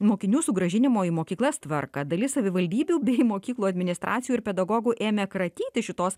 mokinių sugrąžinimo į mokyklas tvarką dalis savivaldybių bei mokyklų administracijų ir pedagogų ėmė kratytis šitos